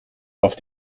auf